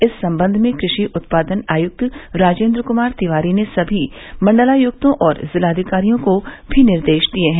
इस संबंध में कृष्टिा उत्पादन आयुक्त राजेन्द्र कुमार तिवारी ने सभी मंडलायुक्तों और जिलाधिकारियों को निर्देश दिये हैं